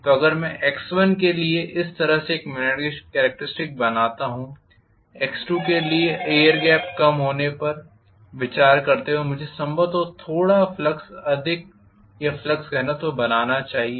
तो अगर मैं x1के लिए इस तरह से एक मॅग्नीटिज़ेशन कॅरेक्टरिस्टिक्स बनाता हूं x2के लिए एयर गेप कम होने पर विचार करते हुए मुझे संभवतः थोड़ा अधिक फ्लक्स या फ्लक्स घनत्व बनाना चाहिए